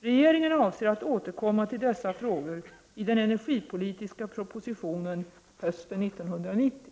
Regeringen avser att återkomma till dessa frågor i den energipolitiska propositionen hösten 1990.